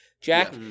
Jack